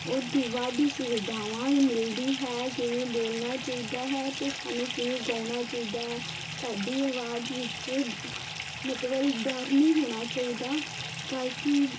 ਉੱਥੇ ਵਾਧੂ ਸੁਵਿਧਾਵਾਂ ਵੀ ਮਿਲਦੀ ਹੈ ਕਿਵੇਂ ਬੋਲਣਾ ਚਾਹੀਦਾ ਹੈ ਅਤੇ ਸਾਨੂੰ ਕਿਵੇਂ ਗਾਉਣਾ ਚਾਹੀਦਾ ਹੈ ਸਾਡੀ ਆਵਾਜ਼ ਵਿੱਚ ਮਤਲਬ ਡਰ ਨਹੀਂ ਹੋਣਾ ਚਾਹੀਦਾ ਗਾਇਕੀ